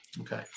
Okay